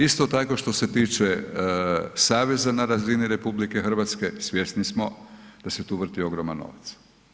Isto tako što se tiče saveza na razini RH, svjesni smo da se tu vrti ogroman novac.